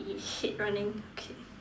yes hate running okay